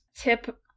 tip